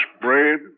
bread